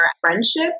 friendship